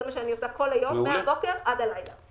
זה מה שאני עושה כל היום מהבוקר עד הלילה.